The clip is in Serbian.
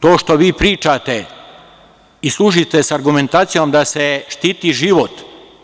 To što vi pričate i služite se argumentacijom da se štiti život.